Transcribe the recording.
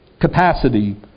capacity